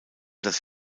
das